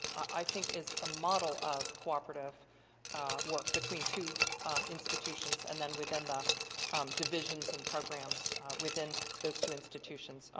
i think is a model of cooperative work between two institutions and then within the divisions and programs within those two institutions.